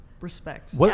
Respect